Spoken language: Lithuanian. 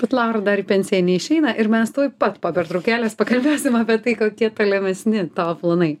bet laura dar į pensiją neišeina ir mes tuoj pat po pertraukėlės pakalbėsim apie tai kokie tolimesni tavo planai